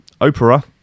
opera